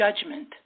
judgment